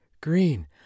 Green